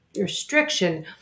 restriction